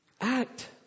act